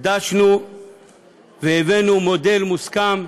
דשנו והבאנו מודל מוסכם,